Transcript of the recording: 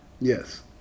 Yes